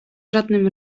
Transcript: żadnym